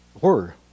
horror